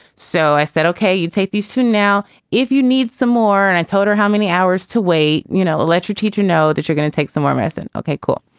so i said, ok. you take these two now if you need some more. and i told her how many hours to wait. you know, ah let your teacher know that you're gonna take some more math. and okay, cool.